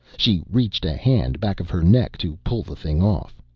she reached a hand back of her neck to pull the thing off.